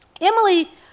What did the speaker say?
Emily